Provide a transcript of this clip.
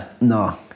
no